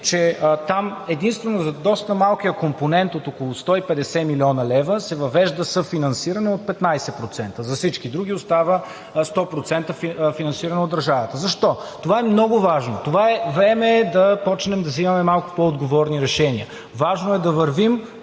че там единствено за доста малкия компонент от около 150 млн. лв. се въвежда съфинансиране от 15%. За всички други остава 100% финансиране от държавата. Защо? Това е много важно. Време е да започнем да взимаме малко по-отговорни решения, важно е да вървим